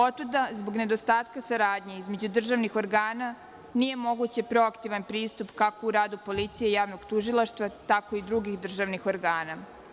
Otuda zbog nedostatka saradnje između državnih organa nije moguć proaktivan pristup kako u radu policije i javnog tužilaštva, tako i drugih državnih organa.